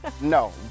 No